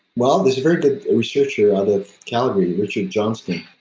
well, there's a very good researcher out of calgary, richard johnston,